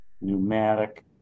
pneumatic